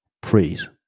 praise